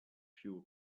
fuel